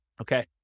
Okay